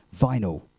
vinyl